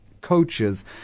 coaches